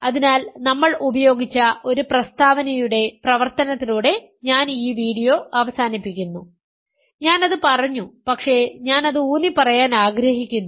അതിനാൽ നമ്മൾ ഉപയോഗിച്ച ഒരു പ്രസ്താവനയുടെ പ്രവർത്തനത്തിലൂടെ ഞാൻ ഈ വീഡിയോ അവസാനിപ്പിക്കുന്നു ഞാൻ അത് പറഞ്ഞു പക്ഷേ ഞാൻ അത് ഊന്നിപ്പറയാൻ ആഗ്രഹിക്കുന്നു